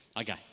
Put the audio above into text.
Okay